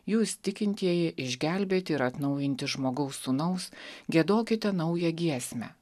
jūs tikintieji išgelbėti ir atnaujinti žmogaus sūnaus giedokite naują giesmę